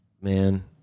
Man